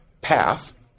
path